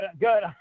good